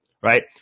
right